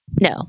No